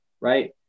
right